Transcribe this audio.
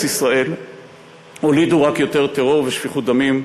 ישראל הולידו רק יותר טרור ושפיכות דמים,